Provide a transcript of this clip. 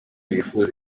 bifuza